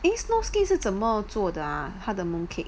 eh snow skin 是怎么做的 ah 他的 mooncake